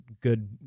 good